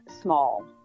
small